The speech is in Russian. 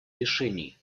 решений